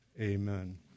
Amen